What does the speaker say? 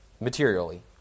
materially